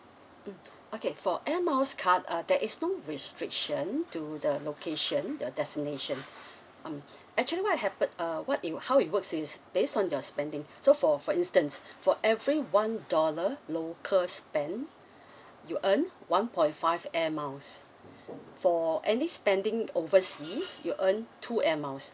mm okay for air miles card uh there is no restriction to the location the destination um actually what happe~ uh what it how it works is based on your spending so for for instance for every one dollar local spent you earn one point five air miles for any spending overseas you earn two air miles